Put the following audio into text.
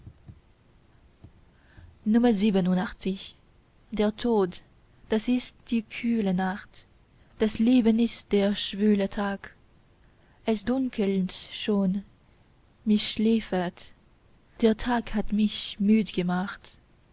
der tod das ist die kühle nacht das leben ist der schwüle tag es dunkelt schon mich schläfert der tag hat mich müd gemacht